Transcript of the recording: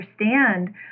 understand